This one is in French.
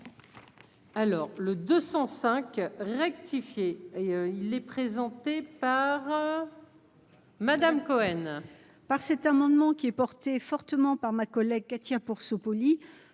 Alors, le 205 rectifier et il est présenté par. Madame Cohen.